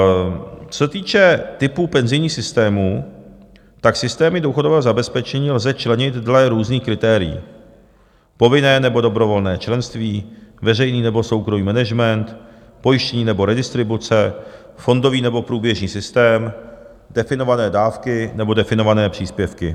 Co se týče typu penzijních systémů, tak systémy důchodového zabezpečení lze členit dle různých kritérií: povinné nebo dobrovolné členství, veřejný nebo soukromý management, pojištění nebo redistribuce, fondový nebo průběžný systém, definované dávky nebo definované příspěvky.